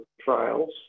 trials